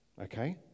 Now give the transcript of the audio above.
okay